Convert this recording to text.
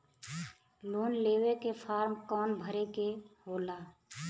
Loan लेवे के form कौन भरे के होला?